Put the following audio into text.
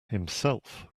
himself